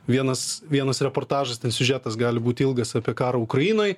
vienas vienas reportažas ten siužetas gali būti ilgas apie karą ukrainoj